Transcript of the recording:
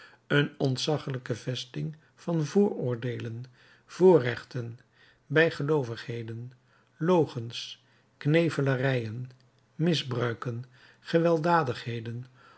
een ontzaggelijke vesting van vooroordeelden voorrechten bijgeloovigheden logens knevelarijen misbruiken gewelddadigheden